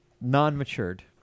non-matured